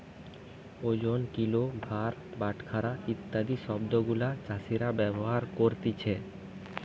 ওজন, কিলো, ভার, বাটখারা ইত্যাদি শব্দ গুলা চাষীরা ব্যবহার করতিছে